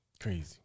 Crazy